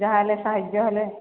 ଯାହା ହେଲେ ସାହାଯ୍ୟ ହେଲେ